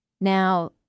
Now